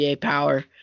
power